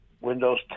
Windows